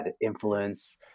influence